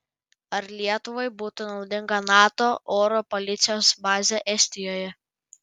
ar lietuvai būtų naudinga nato oro policijos bazė estijoje